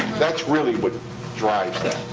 that's really what drives that.